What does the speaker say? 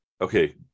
Okay